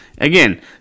Again